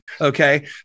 Okay